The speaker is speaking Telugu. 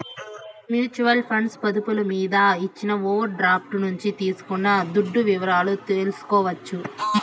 మ్యూచువల్ ఫండ్స్ పొదుపులు మీద ఇచ్చిన ఓవర్ డ్రాఫ్టు నుంచి తీసుకున్న దుడ్డు వివరాలు తెల్సుకోవచ్చు